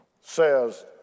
says